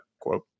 quote